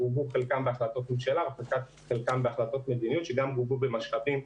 חלקן גובו בהחלטות ממשלה וחלקן בהחלטות מדיניות שגם גובו במשאבים.